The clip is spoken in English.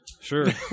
Sure